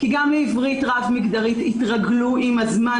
גם לעברית רב-מגדרית יתרגלו עם הזמן,